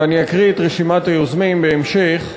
ואני אקריא את רשימת היוזמים בהמשך,